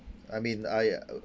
I mean I uh